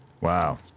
Wow